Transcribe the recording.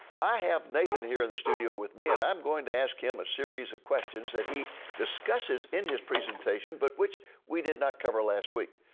i have nathan here in the studio with me, and i am going to ask him a series of questions that he discusses in his presentation, but which we did not cover last week.